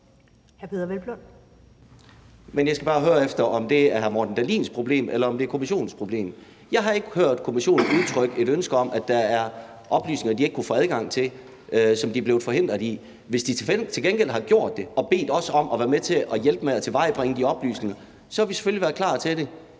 Men jeg skal bare høre, om det er hr. Morten Dahlins problem, eller om det er kommissionens problem. Jeg har ikke hørt kommissionen udtrykke noget om, at der er oplysninger, de ikke kunne få adgang til, eller at de er blevet forhindret i at få det. Hvis de til gengæld havde ønsket at få og bedt os om at være behjælpelige med at tilvejebringe de oplysninger, så ville vi selvfølgelig have været klar til det,